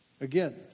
Again